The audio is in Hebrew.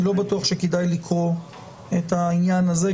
אני לא בטוח שכדאי לקרוא את העניין הזה,